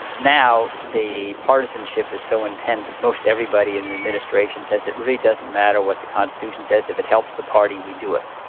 now the partisanship is so intense, most everybody in the administration says it really doesn't matter what the constitution says, if it helps the party, we do it.